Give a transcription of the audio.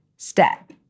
step